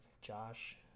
Josh